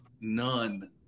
None